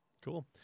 Cool